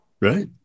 right